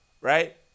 right